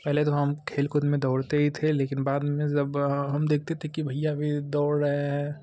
पहले तो हम खेल कूद में दौड़ते ही थे लेकिन बाद में जब हम देखते थे कि भैया भी दौड़ रहे हैं